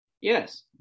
Yes